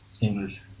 English